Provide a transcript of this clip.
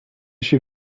she